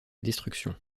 destruction